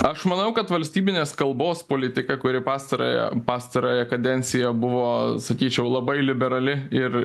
aš manau kad valstybinės kalbos politika kuri pastarąją pastarąją kadenciją buvo sakyčiau labai liberali ir